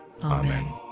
Amen